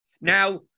now